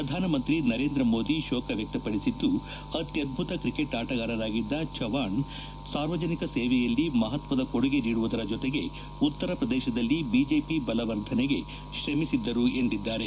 ಪ್ರಧಾನಮಂತ್ರಿ ನರೇಂದ್ರ ಮೋದಿ ಶೋಕ ವ್ಯಕ್ತಪದಿಸಿದ್ದು ಅತ್ಯದ್ಬುತ ಕ್ರಿಕೆಟ್ ಆಣಗಾರರಾಗಿದ್ದ ಚವ್ಡಾಣ್ ಸಾರ್ವಜನಿಕ ಸೇವೆಯಲ್ಲಿ ಮಹತ್ವದ ಕೊಡುಗೆ ನೀಡುವ ಜೊತೆಗೆ ಉತ್ತರ ಪ್ರದೇಶದಲ್ಲಿ ಬಿಜೆಪಿ ಬಲವರ್ಧನೆಗೆ ಶ್ರಮಿಸಿದ್ದರು ಎಂದಿದ್ದಾರೆ